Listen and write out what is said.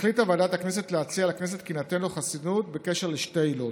החליטה ועדת הכנסת להציע לכנסת כי תינתן לו חסינות בקשר לשתי עילות.